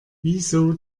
wieso